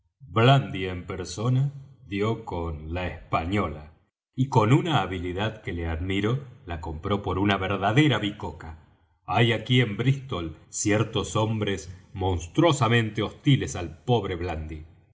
blandy en persona dió con la española y con una habilidad que le admiro la compró por una verdadera bicoca hay aquí en brístol ciertos hombres monstruosamente hostiles al pobre blandy